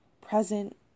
present